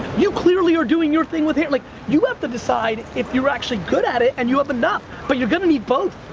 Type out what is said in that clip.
you clearly are doing your thing with him. like, you have to decide if you're actually good at it and you have enough, but you're gonna need both.